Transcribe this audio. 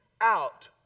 out